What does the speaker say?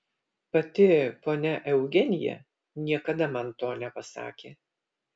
pati ponia eugenija niekada man to nepasakė